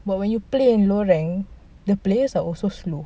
but when you play low rank the players are also slow